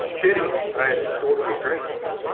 pity. i had just ordered a drink from him.